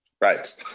Right